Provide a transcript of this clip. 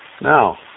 Now